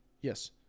Yes